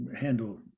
handle